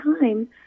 time